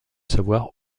savoir